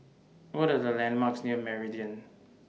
What Are The landmarks near Meridian